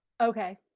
Okay